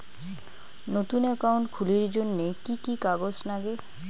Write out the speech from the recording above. নতুন একাউন্ট খুলির জন্যে কি কি কাগজ নাগে?